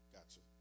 Gotcha